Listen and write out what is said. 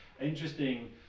interesting